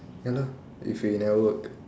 ya lah if we never work